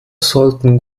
sollten